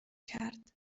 کرد